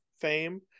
fame